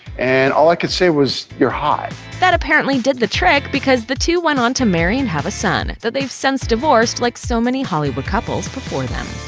and all i could say was you're hot that apparently did the trick because the two went on to marry and have a son, though they've since divorced like so many hollywood couples before them.